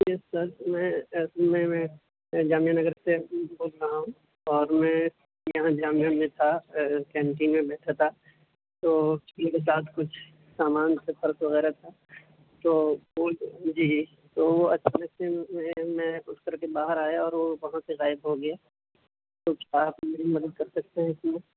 یس sir میں میں میں جامعہ نگر سے بول رہا ہوں اور میں یہاں جامعہ میں تھا کینٹین میں بیٹھا تھا تو میرے ساتھ کچھ سامان تھے پرس وغیرہ تھا تو وہ جی تو وہ اچانک سے میں اٹھ کر کے باہر آیا اور وہ وہاں سے غائب ہو گیا تو کیا آپ میری مدد کرسکتے ہیں اس میں